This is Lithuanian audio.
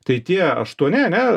tai tie aštuoni ane